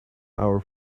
our